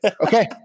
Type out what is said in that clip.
Okay